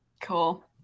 cool